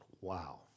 Wow